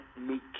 meet